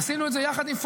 עשינו את זה יחד עם פורום,